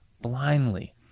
blindly